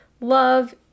Love